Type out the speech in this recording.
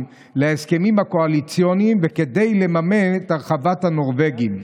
להסכמים הקואליציוניים וכדי לממן את הרחבת הנורבגים.